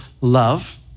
love